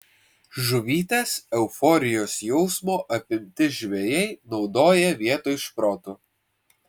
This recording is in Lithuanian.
žuvytės euforijos jausmo apimti žvejai naudoja vietoj šprotų